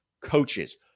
coaches